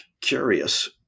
curious